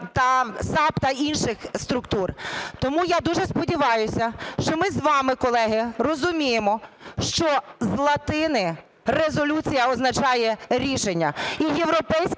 САП та інших структур. Тому я дуже сподіваюся, що ми з вами, колеги, розуміємо, що з латині "резолюція" означає "рішення".